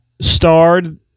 starred